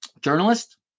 journalist